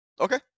Okay